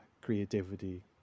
creativity